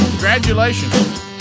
Congratulations